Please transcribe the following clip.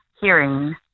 hearing